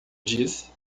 disse